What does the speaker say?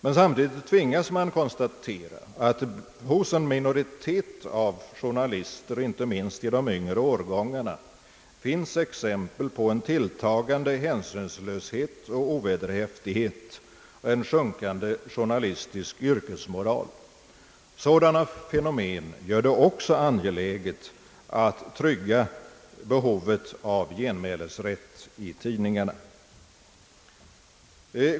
Men samtidigt tvingas man konstatera att hos en minoritet av journalister, inte minst i de yngre årgångarna, finns exempel på en tilltagande hänsynslöshet och ovederhäftighet och en sjunkande journalistisk yrkesmoral. Sådana fenomen gör det också angeläget att trygga behovet av genmälesrätt i tidningarna.